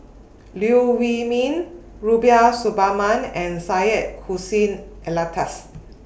Liew Wee Mee Rubiah Suparman and Syed Hussein Alatas